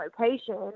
location